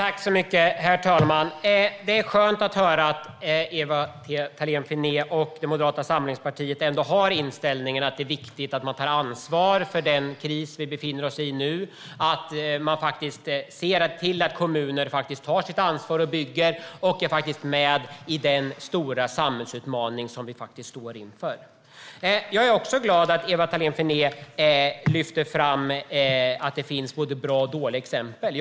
Herr talman! Det är skönt att höra att Ewa Thalén Finné och Moderata samlingspartiet ändå har inställningen att det är viktigt att man tar ansvar för den kris vi nu befinner oss i och att man ser till att kommuner tar sitt ansvar och bygger och är med i den stora samhällsutmaning som vi står inför. Jag är också glad att Ewa Thalén Finné lyfter fram att det finns både bra och dåliga exempel.